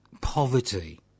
poverty